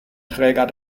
träger